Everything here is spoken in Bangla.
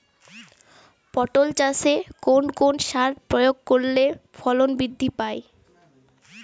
পটল চাষে কোন কোন সার প্রয়োগ করলে ফলন বৃদ্ধি পায়?